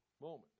moment